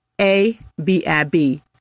A-B-I-B